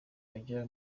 bajya